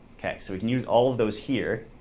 okay. so we can use all of those here.